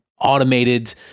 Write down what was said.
automated